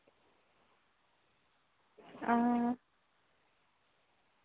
हां